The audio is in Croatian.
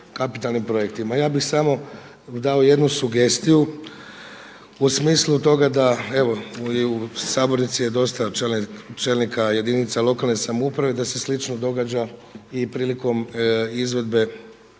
Ja bih samo dao jednu sugestiju u smislu toga da evo i u sabornici je dosta čelnika jedinica lokalne samouprave da se slično događa i prilikom izvedbe